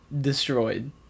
destroyed